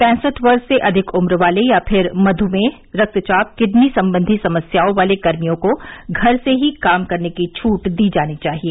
पैंसठ वर्ष से अधिक उम्र वाले या फिर मध्मेह रक्तचाप किडनी संबंधी समस्याओं वाले कर्मियों को घर से ही काम करने की छूट दी जानी चाहिए